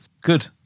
Good